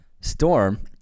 Storm